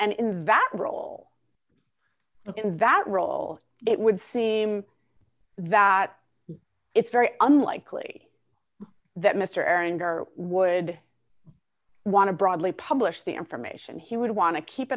and in that role in that role it would seem that it's very unlikely that mr and our would want to broadly publish the information he would want to keep